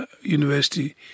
university